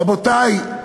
רבותי,